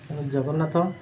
Jagannath